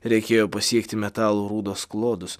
reikėjo pasiekti metalų rūdos klodus